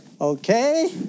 Okay